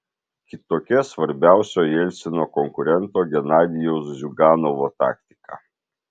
kitokia svarbiausio jelcino konkurento genadijaus ziuganovo taktika